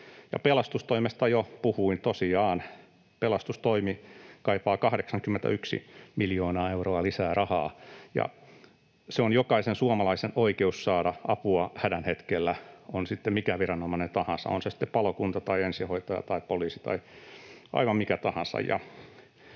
Pelastustoimesta jo puhuin. Tosiaan, pelastustoimi kaipaa 81 miljoonaa euroa lisää rahaa, ja on jokaisen suomalaisen oikeus saada apua hädän hetkellä, on se sitten mikä viranomainen tahansa, on se sitten palokunta tai ensihoitaja tai poliisi tai aivan mikä tahansa.